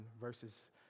verses